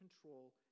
control